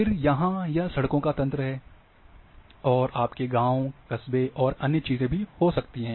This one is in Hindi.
फिर यहाँ यह सड़कों का तंत्र है और आपके गांव कस्बे और अन्य चीजें भी हो सकती हैं